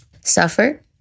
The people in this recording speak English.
Suffer